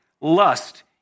lust